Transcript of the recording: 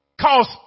Cause